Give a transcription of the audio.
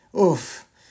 oof